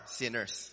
sinners